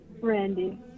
Randy